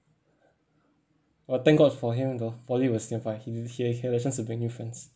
!wah! thank god for him though poly was nearby he he he had a chance to make new friends